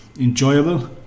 enjoyable